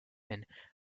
and